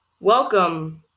Welcome